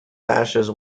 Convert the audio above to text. ashes